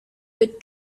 with